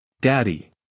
Daddy